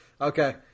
Okay